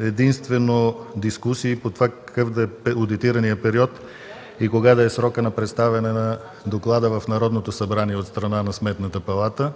имаше дискусии какъв да е одитираният период и кога да е срокът на представяне на доклада в Народното събрание от страна на Сметната палата.